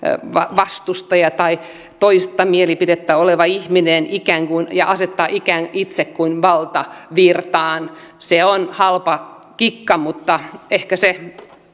vastustaja tai toista mielipidettä oleva ihminen ja asettua itse ikään kuin valtavirtaan se on halpa kikka mutta ehkä se